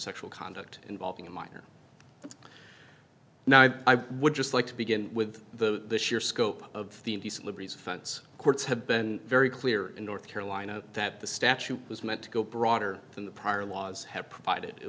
sexual conduct involving a minor now i would just like to begin with the sheer scope of the indecent liberties offense courts have been very clear in north carolina that the statute was meant to go broader than the prior laws had provided it